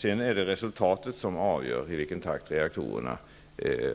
Sedan är det resultatet som avgör i vilken takt reaktorerna